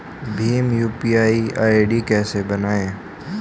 Bhim UPI ID कैसे बनाएं?